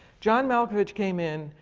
john malkovich came in,